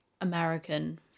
American